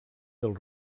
del